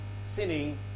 sinning